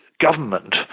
government